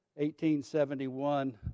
1871